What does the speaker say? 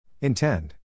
Intend